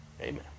Amen